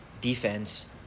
defense